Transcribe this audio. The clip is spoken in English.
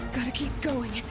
keep going. unh.